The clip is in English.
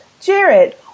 Jared